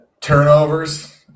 turnovers